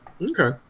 okay